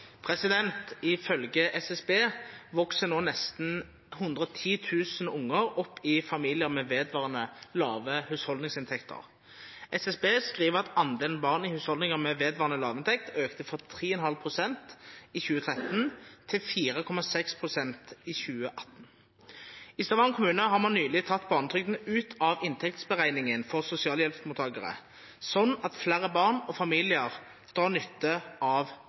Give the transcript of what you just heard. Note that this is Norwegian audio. SSB vokser nå nesten 110 000 barn opp med vedvarende lave husholdningsinntekter. SSB skriver at andelen barn i husholdninger med vedvarende lavinntekt økte fra 3,5 pst. i 2013 til 4,6 pst. i 2018. I Stavanger kommune har man nylig tatt barnetrygden ut av inntektsberegningen for sosialhjelpsmottakere, slik at mange flere barn og familier drar nytte av